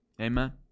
Amen